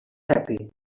happy